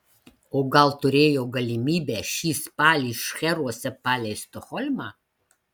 o gal turėjo galimybę šį spalį šcheruose palei stokholmą